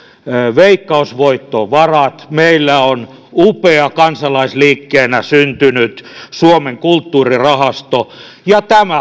veikkausvoittovarat meillä on upea kansalaisliikkeenä syntynyt suomen kulttuurirahasto ja tämä